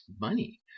money